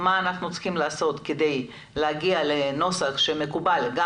מה אנחנו צריכים לעשות כדי להגיע לנוסח שמקובל גם